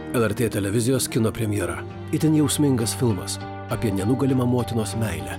lrt televizijos kino premjera itin jausmingas filmas apie nenugalima motinos meilę